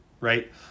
Right